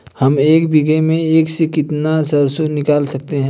हम एक बीघे में से कितनी सरसों निकाल सकते हैं?